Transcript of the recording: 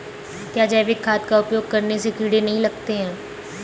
क्या जैविक खाद का उपयोग करने से कीड़े नहीं लगते हैं?